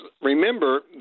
remember